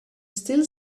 still